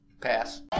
Pass